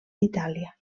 itàlia